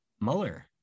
Mueller